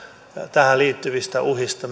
tähän liittyvistä uhista